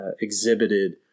exhibited